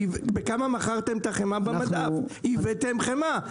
הבאתם חמאה,